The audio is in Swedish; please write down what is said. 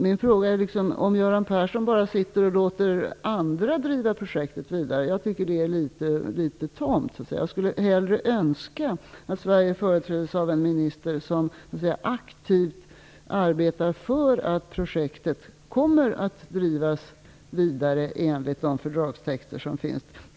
Min fråga gäller om Göran Persson bara sitter och låter andra driva projektet vidare. Jag tycker att det är litet tamt. Jag skulle hellre önska att Sverige företräddes av en minister som aktivt arbetar för att projektet kommer att drivas vidare enligt de fördragstexter som finns.